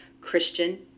Christian